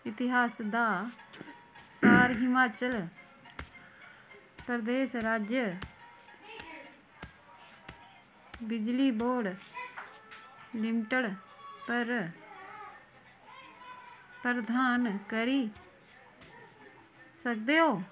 इतिहास दा सार हिमाचल प्रदेश राज्य बिजली बोर्ड लिमिटेड पर प्रधान करी सकदे ओ